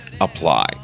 apply